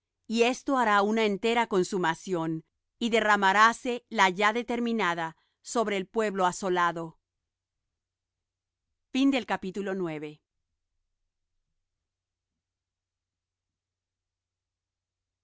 y esto hasta una entera consumación y derramaráse la ya determinada sobre el pueblo asolado en el